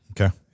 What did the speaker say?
Okay